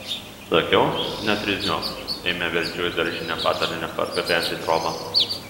sakiau netrizniuok eime verčiau į daržinę patalynę pargabenti į trobą